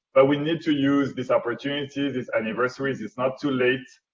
but we need to use this opportunity, these anniversaries, it's not too late,